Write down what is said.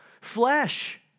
flesh